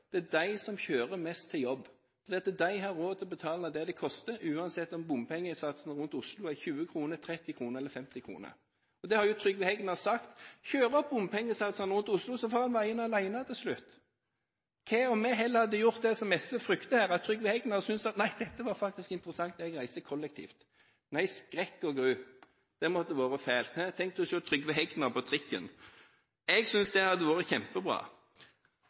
som kjører mest til jobb. De har råd til å betale det det koster, uansett om bompengesatsene rundt Oslo er på 20 kr, 30 kr eller 50 kr. Trygve Hegnar har sagt at kjører man opp bompengesatsene rundt Oslo, blir han alene på veiene til slutt. Hva om vi heller gjør det som SV frykter, slik at Trygve Hegnar synes at dette faktisk er så interessant at han vil reise kollektivt. Nei, skrekk og gru, det måtte ha vært fælt. Tenk å se Trygve Hegnar på trikken. Jeg synes det hadde vært kjempebra.